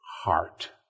heart